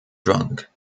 drunk